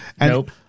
Nope